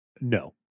No